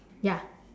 ya